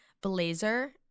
blazer